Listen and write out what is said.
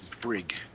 brig